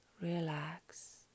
relax